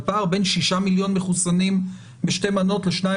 אבל הפער בין שישה מיליון מחוסנים בשתי מנות לשניים